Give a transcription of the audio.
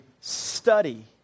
study